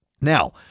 Now